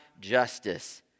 justice